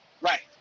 right